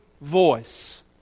voice